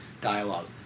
dialogue